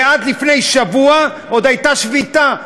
ועד לפני שבוע עוד הייתה שביתה.